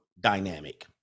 dynamic